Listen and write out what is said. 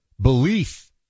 belief